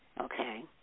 okay